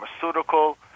pharmaceutical